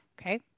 okay